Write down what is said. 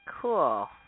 cool